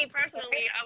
personally